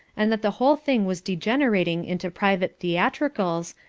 and that the whole thing was degenerating into private theatricals,